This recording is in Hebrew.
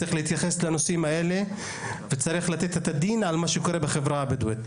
להתייחס הנושאים האלה ולתת את הדין למה שקורה בחברה הבדואית.